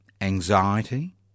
anxiety